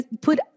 put